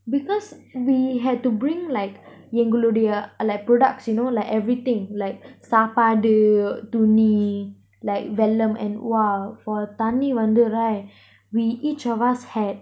because we had to bring like எங்களோடிய:engalodiya like products you know like everything like saapadu துணி:saapadu thuni like vellam and !wah! for thanni வந்து:thanni vanthu right we each of us had